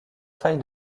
failles